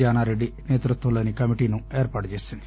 జానారెడ్డి నేతృత్వంలో కమిటీను ఏర్పాటుచేసింది